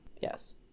Yes